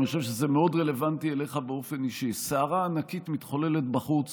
ואני חושב שזה מאוד רלוונטי אליך באופן אישי: סערה ענקית מתחוללת בחוץ